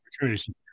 opportunities